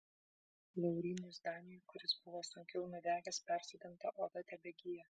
laurynui zdaniui kuris buvo sunkiau nudegęs persodinta oda tebegyja